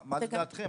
מה לדעתכם?